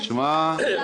--- תשמע,